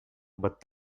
but